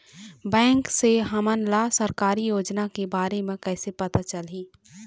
Bank से हमन ला सरकारी योजना के बारे मे कैसे पता चलही?